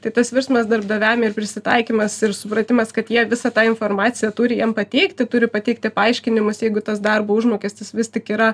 tai tas virsmas darbdaviam ir prisitaikymas ir supratimas kad jie visą tą informaciją turi jiem pateikti turi pateikti paaiškinimus jeigu tas darbo užmokestis vis tik yra